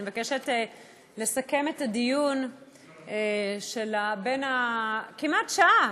אני מבקשת לסכם דיון של כמעט שעה,